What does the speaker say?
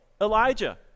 Elijah